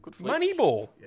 Moneyball